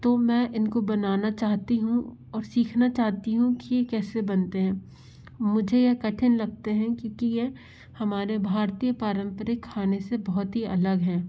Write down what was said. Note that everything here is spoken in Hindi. तो मैं इनको बनाना चाहती हूँ और सीखना चाहती हूँ कि ये कैसे बनाते हैं मुझे यह कठिन लगते हैं क्योंकि यह हमारे भारतीय पारंपरिक खाने से बहुत ही अलग है